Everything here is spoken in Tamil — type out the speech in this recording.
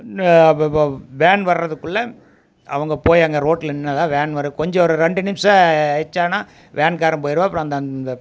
நான் வ வா வேன் வர்றதுக்குள்ளே அவங்க போய் அங்கே ரோட்டுல நின்றா தான் வேன் வரும் கொஞ்சம் ஒரு ரெண்டு நிம்ஷம் எச்சானால் வேன் காரன் போயிடுவான் அப்பறோம் அந்த அந்த